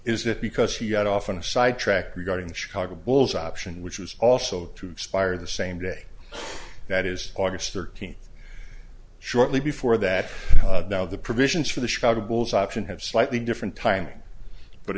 it because he got off on a side track regarding chicago bulls option which was also to expire the same day that is aug thirteenth shortly before that now the provisions for the chicago bulls option have slightly different timing but